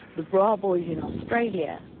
the bra boys in australia,